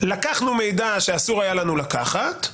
לקחנו מידע שאסור היה לנו לקחת,